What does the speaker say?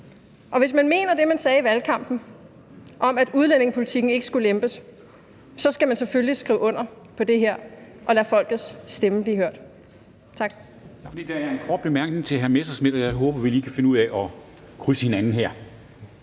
og hvis man mener det, man sagde i valgkampen om, at udlændingepolitikken ikke skulle lempes, så skal man selvfølgelig skrive under på det her og lade folkets stemme blive hørt. Kl.